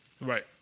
right